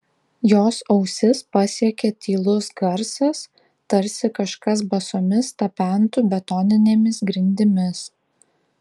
jos ausis pasiekė tylus garsas tarsi kažkas basomis tapentų betoninėmis grindimis